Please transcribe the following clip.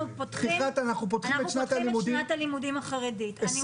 אנחנו פותחים את שנת הלימודים --- אנחנו